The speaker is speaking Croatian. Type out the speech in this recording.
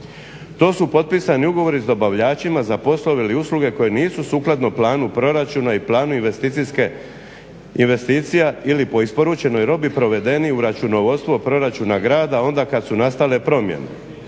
To su potpisani ugovori sa dobavljačima za poslove ili usluge koje nisu sukladno planu proračuna i planu investicija ili po isporučenoj robi provedeni u računovodstvo proračuna grada onda kada su nastale promjene.